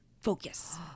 focus